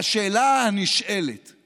והשאלה הנשאלת היא,